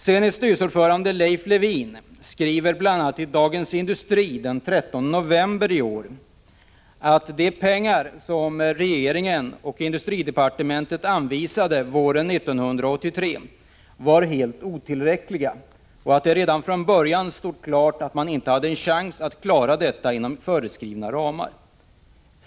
Zenits styrelseordförande Leif Lewin skriver i Dagens Industri den 13 november i år att de pengar som regeringen och industridepartementet anvisade våren 1983 var helt otillräckliga och att det redan från början stod klart att Zenit inte hade en chans att klara sig inom föreskrivna ramar.